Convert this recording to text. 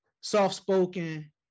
soft-spoken